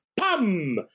Pam